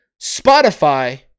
Spotify